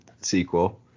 sequel